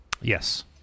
Yes